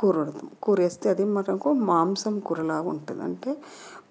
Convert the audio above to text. కూర వండు కుర వేస్తే అది మనకు మాంసం కూరలాగా ఉంటుంది అంటే